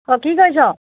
অঁ কি কৰিছ